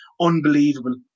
unbelievable